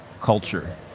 culture